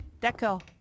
D'accord